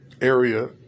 area